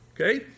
Okay